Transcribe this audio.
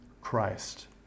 Christ